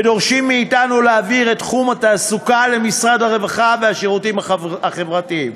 ודורשים מאתנו להעביר את תחום התעסוקה למשרד הרווחה והשירותים החברתיים.